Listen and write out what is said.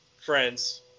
friends